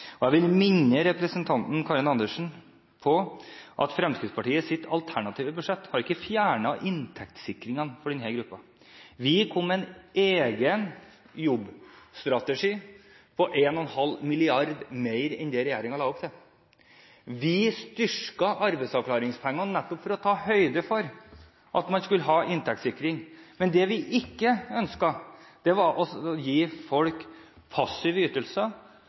Og jeg vil minne representanten Andersen om at Fremskrittspartiets alternative budsjett ikke har fjernet inntektssikringen for denne gruppen. Vi kom med en egen jobbstrategi på 1,5 mrd. kr mer enn det som regjeringen la opp til. Vi styrket arbeidsavklaringspengene nettopp for å ta høyde for at man skulle ha inntektssikring. Men det vi ikke ønsket, var å gi folk passive ytelser